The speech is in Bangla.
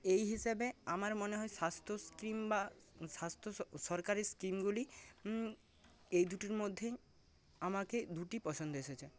এই হিসাবে আমার মনে হয় স্বাস্থ্য স্কিম বা স্বাস্থ্য সরকারি স্কিমগুলি এই দুটির মধ্যে আমাকে দুটি পছন্দ এসেছে